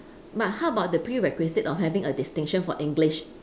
but how about the prerequisite for having a distinction for english